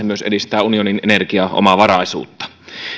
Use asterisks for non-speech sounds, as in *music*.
*unintelligible* myös edistää unionin energiaomavaraisuutta